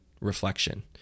reflection